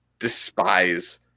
despise